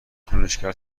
کنشگر